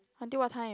until what time